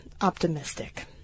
optimistic